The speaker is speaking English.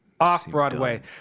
Off-Broadway